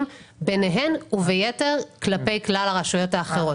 ביניהן ובין כלפי כלל הרשויות האחרות.